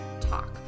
talk